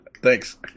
Thanks